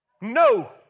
No